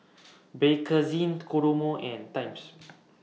Bakerzin Kodomo and Times